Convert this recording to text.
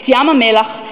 את ים-המלח,